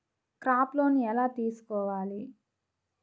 Crop loan ఎలా తీసుకోవాలి?